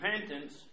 repentance